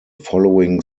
following